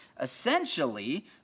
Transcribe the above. essentially